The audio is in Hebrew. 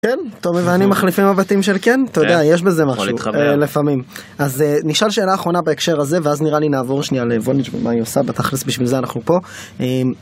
כן, תומי ואני מחליפים הבתים של כן, אתה יודע, יש בזה משהו לפעמים. אז נשאל שאלה אחרונה בהקשר הזה, ואז נראה לי נעבור שנייה לבוונאג' ומה היא עושה, בתכלס בשביל זה אנחנו פה.